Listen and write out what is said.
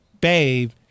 babe